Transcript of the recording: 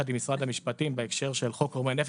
עם משרד המשפטים בהקשר של חוק חומרי נפץ.